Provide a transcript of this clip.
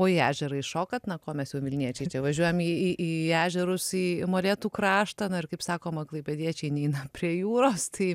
o į ežerą įšokat na ko mes jau vilniečiai čia važiuojam į į į ežerus į molėtų kraštą na ir kaip sakoma klaipėdiečiai neina prie jūros tai